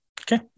Okay